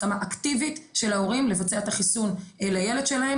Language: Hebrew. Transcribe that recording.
הסכמה אקטיבית של ההורים לבצע את החיסון לילד שלהם